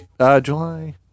July